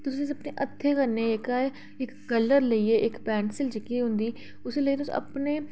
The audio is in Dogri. तुसें अपने हत्थें कन्नै जेह्का एह् कलर लेइयै इक जेह्की पैंसिल होंदी उसी लेइयै तुस अपने